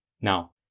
Now